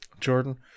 Jordan